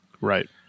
Right